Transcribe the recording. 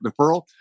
deferral